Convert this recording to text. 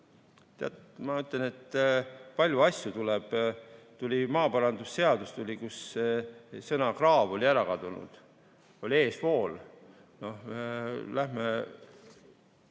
Ma ütlen, et palju asju tuleb sealt. Tuli maaparandusseadus, kust sõna "kraav" oli ära kadunud, oli "eesvool". Lähme